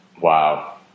Wow